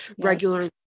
regularly